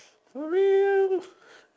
for real